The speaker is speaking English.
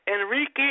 Enrique